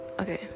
Okay